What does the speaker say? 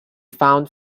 found